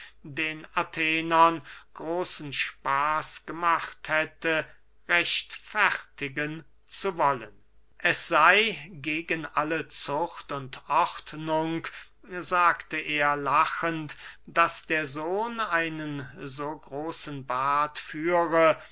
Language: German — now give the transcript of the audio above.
den athenern großen spaß gemacht hätte rechtfertigen zu wollen es sey gegen alle zucht und ordnung sagte er lachend daß der sohn einen so großen bart führe